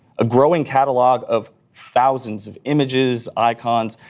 a growing catalog of thousands of images, icons,